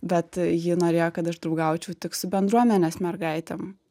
bet ji norėjo kad aš draugaučiau tik su bendruomenės mergaitėm